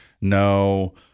No